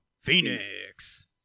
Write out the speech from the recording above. Phoenix